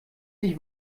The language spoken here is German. sich